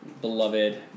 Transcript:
beloved